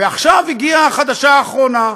ועכשיו הגיעה החדשה האחרונה.